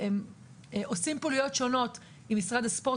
אנחנו עושים פעילויות שונות עם משרד הספורט